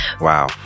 Wow